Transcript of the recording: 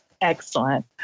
Excellent